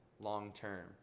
long-term